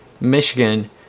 Michigan